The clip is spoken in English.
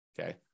okay